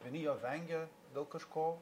vieni jo vengia dėl kažko